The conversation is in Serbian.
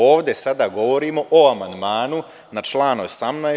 Ovde sada govorimo o amandmanu na član 18.